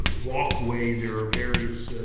walkway, there are various